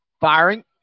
firing